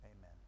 amen